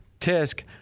Tisk